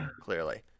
clearly